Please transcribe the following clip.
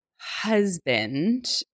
husband